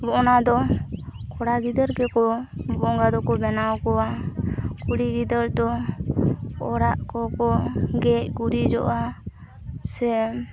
ᱚᱱᱟᱫᱚ ᱠᱚᱲᱟ ᱜᱤᱫᱟᱹᱨ ᱜᱮᱠᱚ ᱵᱚᱸᱜᱟ ᱫᱚᱠᱚ ᱵᱮᱱᱟᱣ ᱠᱚᱣᱟ ᱠᱩᱲᱤ ᱜᱤᱫᱟᱹᱨ ᱫᱚ ᱚᱲᱟᱜ ᱠᱚᱠᱚ ᱜᱮᱡ ᱜᱩᱨᱤᱡᱚᱜᱼᱟ ᱥᱮ